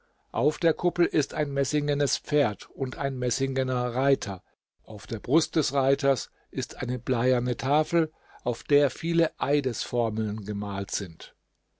auf der kuppel ist ein messingenes pferd und ein messingener reiter auf der brust des reiters ist eine bleierne tafel auf der viele eidesformeln gemalt sind